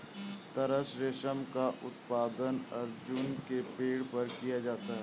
तसर रेशम का उत्पादन अर्जुन के पेड़ पर किया जाता है